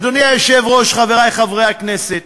אדוני היושב-ראש, חברי חברי הכנסת,